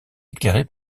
éclairé